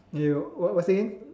ya what what say again